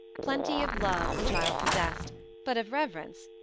plenty of love the child possessed but of reverence,